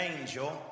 angel